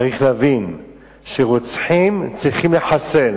צריך להבין שרוצחים צריכים לחסל,